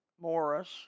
Morris